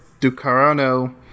Ducarano